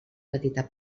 petita